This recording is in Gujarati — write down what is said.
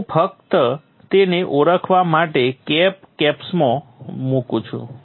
હું ફક્ત તેને ઓળખવા માટે કેપ કેપ્સમાં મૂકું છું